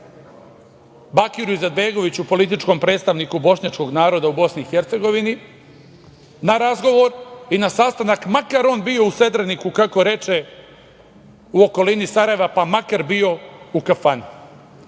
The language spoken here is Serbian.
Bakiru Izetbegoviću, političkom predstavniku bošnjačkog naroda u Bosni i Hercegovini, na razgovor i na sastanak, makar on bio u Sedreniku, kako reče, u okolini Sarajeva, pa makar bio u kafani.